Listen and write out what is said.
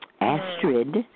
Astrid